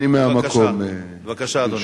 קריאה ראשונה, בבקשה, אדוני.